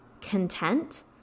content